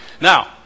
Now